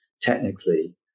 technically